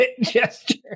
gesture